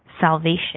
salvation